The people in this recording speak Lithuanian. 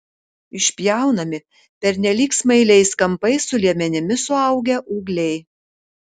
išpjaunami pernelyg smailiais kampais su liemenimis suaugę ūgliai